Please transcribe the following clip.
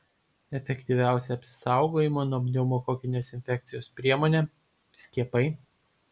efektyviausia apsisaugojimo nuo pneumokokinės infekcijos priemonė skiepai